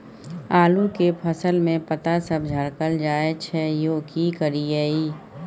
आलू के फसल में पता सब झरकल जाय छै यो की करियैई?